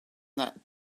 that